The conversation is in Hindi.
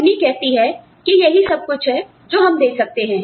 कंपनी कहती है कि यही सब कुछ है जो हम दे सकते हैं